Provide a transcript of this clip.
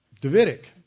Davidic